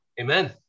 Amen